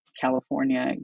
California